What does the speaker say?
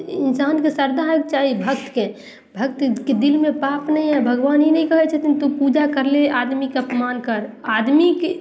इन्सानके श्रद्धा होइके चाही भक्तके भक्तके दिलमे पाप नहि अइ भगवान ई नहि कहय छथिन तू पूजा करिले आदमीके अपमान कर आदमीके